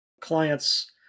clients